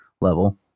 level